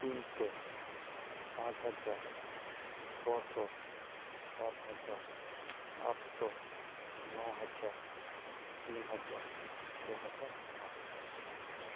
ᱛᱤᱱᱥᱚ ᱯᱟᱪ ᱦᱟᱡᱟᱨ ᱪᱷᱚᱥᱚ ᱥᱟᱛ ᱦᱟᱡᱟᱨ ᱟᱴᱥᱚ ᱱᱚᱦᱟᱡᱟᱨ ᱛᱤᱱ ᱦᱟᱡᱟᱨ ᱪᱷᱚ ᱦᱟᱡᱟᱨ ᱯᱟᱪ ᱦᱟᱡᱟᱨ